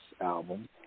album